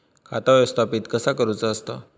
खाता व्यवस्थापित कसा करुचा असता?